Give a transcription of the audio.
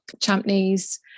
Champneys